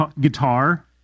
guitar